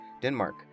denmark